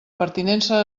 pertinença